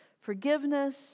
Forgiveness